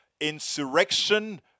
insurrection